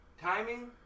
Timing